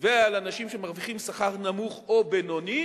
ועל אנשים שמרוויחים שכר נמוך או בינוני,